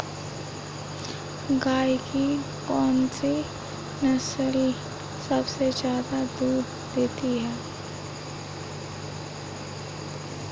गाय की कौनसी नस्ल सबसे ज्यादा दूध देती है?